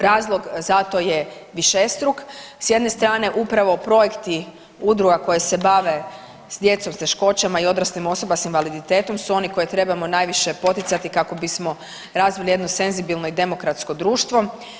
Razlog zato je višestruk, s jedne strane upravo projekti udruga koje se bave s djecom s teškoćama i odraslim osobama s invaliditetom su oni koje trebamo najviše poticati kako bismo razvili jedno senzibilno i demokratsko društvo.